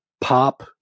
Pop